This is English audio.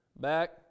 back